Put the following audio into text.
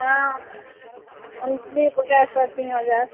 ହଁ ମନ୍ଥଲି ତିନି ହଜାର